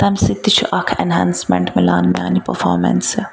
تَمہِ سۭتۍ تہِ چھُ اکھ ایٚنہانسمٮ۪نٛٹ مِلان میٛانہِ پٔرفامنسہِ